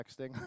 texting